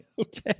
Okay